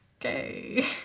Okay